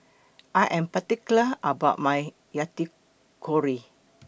I Am particular about My Yakitori